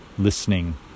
listening